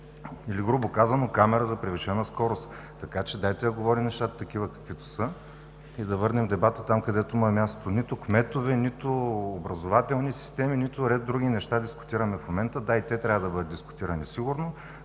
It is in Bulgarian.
или грубо казано, камера за превишена скорост. Така че дайте да говорим нещата такива, каквито са и да върнем дебата там, където му е мястото – нито кметове, нито образователни системи, нито ред други неща дискутираме в момента. Да, и те трябва да бъдат дискутирани сигурно,